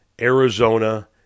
Arizona